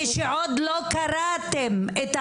אני הדרכתי בעולם על החלטת האו"מ כשעוד לא קראתם את ההחלטה.